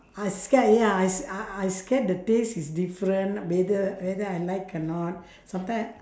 I scared ya I I scared the taste is different whether whether I like or not sometime